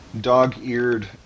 dog-eared